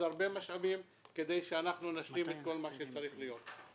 הרבה משאבים כדי שנשלים את כל מה שצריך להיות.